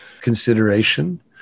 consideration